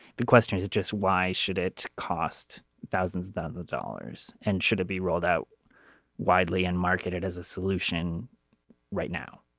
the question is just why should it cost thousands thousands of dollars and should it be rolled out widely and marketed as a solution right now